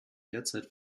derzeit